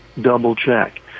double-check